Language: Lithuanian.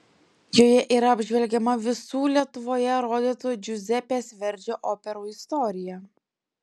joje yra apžvelgiama visų lietuvoje rodytų džiuzepės verdžio operų istorija